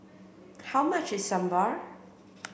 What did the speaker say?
how much is Sambar